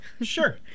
Sure